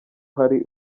hari